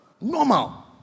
normal